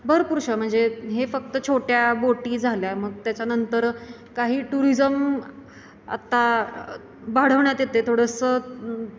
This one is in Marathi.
भरपूरशा म्हणजे हे फक्त छोट्या बोटी झाल्या मग त्याच्यानंतर काही टुरिजम आत्ता वाढवण्यात येते थोडंसं